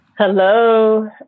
Hello